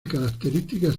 características